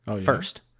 first